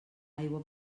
aigua